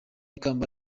ikamba